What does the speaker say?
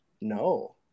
No